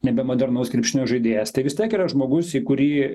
nebe modernaus krepšinio žaidėjas tai vistiek yra žmogus į kurį